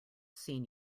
seen